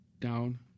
down